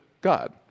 God